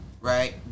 right